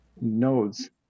nodes